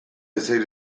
ezer